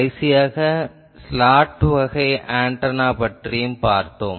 கடைசியாக ஸ்லாட் வகை ஆன்டெனா பற்றிப் பார்த்தோம்